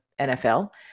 nfl